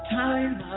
time